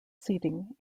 seating